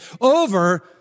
over